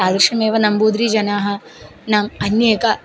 तादृशमेव नम्बूद्रीजनाः नाम अन्य एका